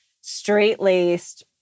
straight-laced